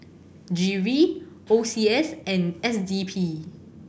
G V O C S and S D P